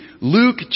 Luke